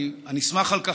אני אשמח על כך.